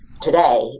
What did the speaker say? today